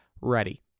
ready